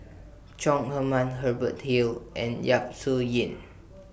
Chong Heman Hubert Hill and Yap Su Yin